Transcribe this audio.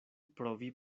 provi